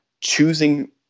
choosing